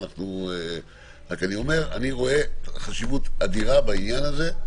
אבל אני רואה חשיבות עליונה בעניין הזה,